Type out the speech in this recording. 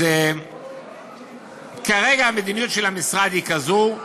אז כרגע המדיניות של המשרד היא כזו,